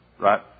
right